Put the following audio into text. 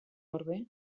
orbe